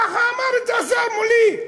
ככה אמר השר מולי,